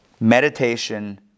Meditation